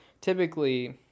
typically